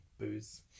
booze